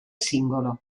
singolo